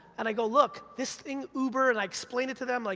and i go, look, this thing, uber, and i explained it to them, like,